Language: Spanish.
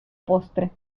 postre